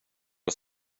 att